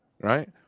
right